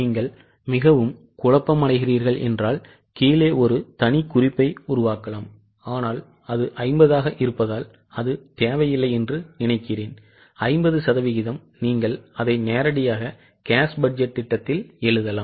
நீங்கள் மிகவும் குழப்பமடைகிறீர்கள் என்றால் கீழே ஒரு தனி குறிப்பை உருவாக்கலாம் ஆனால் அது 50 ஆக இருப்பதால் அது தேவையில்லை என்று நினைக்கிறேன்50 சதவிகிதம் நீங்கள் அதை நேரடியாக cash பட்ஜெட் திட்டத்தில் எழுதலாம்